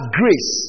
grace